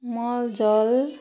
मलजल